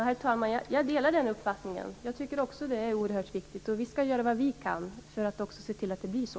Herr talman! Jag delar den uppfattningen. Jag tycker också att det är oerhört viktigt. Vi skall göra vad vi kan för att också se till att det blir så.